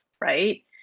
right